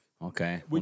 Okay